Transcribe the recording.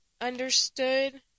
understood